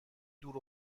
دور